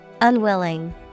Unwilling